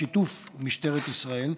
בשיתוף משטרת ישראל,